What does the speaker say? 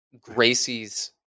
Gracie's